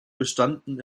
bestanden